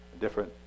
different